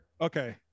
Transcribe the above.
Okay